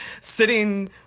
sitting